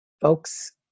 folks